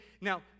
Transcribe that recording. Now